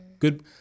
Good